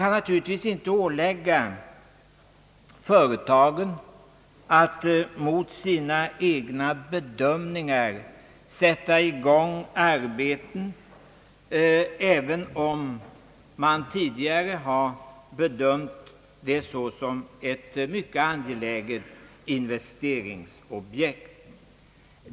Men naturligtvis kan man inte ålägga företagen att mot sina egna bedömningar sätta igång arbeten, även om arbetena tidigare bedömts som mycket angelägna investeringsobjekt.